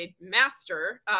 master